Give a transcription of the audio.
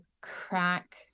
crack